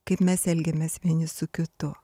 kaip mes elgiamės vieni su kitu